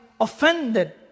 offended